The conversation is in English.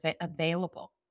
available